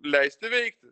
leisti veikti